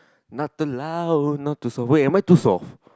not too loud not too soft wait am I too soft